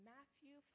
Matthew